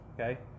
okay